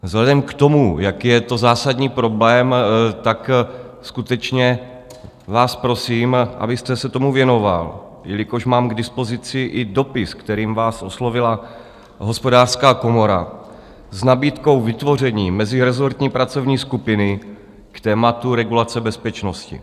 Vzhledem k tomu, jaký je to zásadní problém, tak vás skutečně prosím, abyste se tomu věnoval, jelikož mám k dispozici i dopis, kterým vás oslovila Hospodářská komora s nabídkou vytvoření mezirezortní pracovní skupiny k tématu regulace bezpečnosti.